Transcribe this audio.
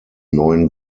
neuen